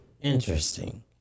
Interesting